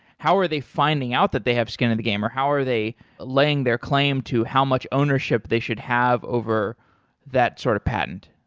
how are they finding out that they have skin in the game or how are they letting their claim to how much ownership they should have over that sort of patent?